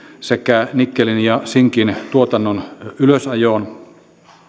sekä nikkelin ja sinkin tuotannon ylösajoon